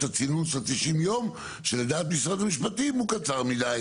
הצינון של 90 יום שלדעת משרד המשפטים הוא קצר מדי.